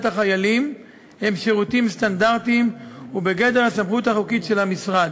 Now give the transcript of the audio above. החיילים הם שירותים סטנדרטיים ובגדר הסמכות החוקית של המשרד.